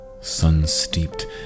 sun-steeped